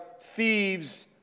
thieves